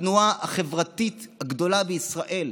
התנועה החברתית הגדולה בישראל,